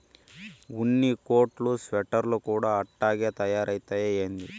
ఉన్ని కోట్లు స్వెటర్లు కూడా అట్టాగే తయారైతయ్యా ఏంది